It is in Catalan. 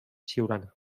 siurana